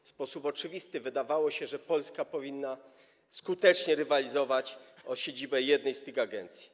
W sposób oczywisty wydawało się, że Polska powinna skutecznie rywalizować o siedzibę jednej z tych agencji.